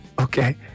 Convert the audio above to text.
Okay